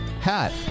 hat